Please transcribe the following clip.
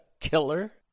killer